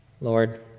Lord